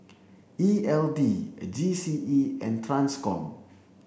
E L D G C E and TRANSCOM